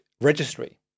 registry